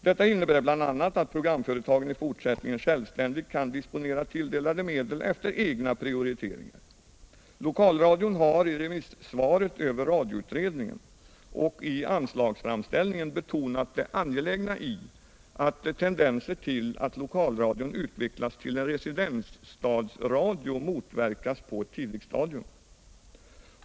Detta innebär bl.a. att programföretagen i fortsättningen självständigt kan Radions och televisionens fortsatta disponera tilldelade medel efter egna prioriteringar. Lokalradion har i remissvaret med anledning av radioutredningen och ianslagsframställningen betonat det angelägna i att tendenser till att lokalradion utvecklas till en residensstadsradio motverkas på ett tidigt stadium.